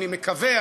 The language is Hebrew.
אני מקווה,